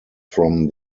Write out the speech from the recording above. from